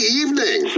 evening